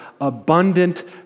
abundant